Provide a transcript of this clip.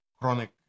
chronic